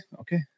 Okay